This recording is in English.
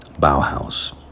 Bauhaus